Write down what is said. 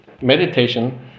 meditation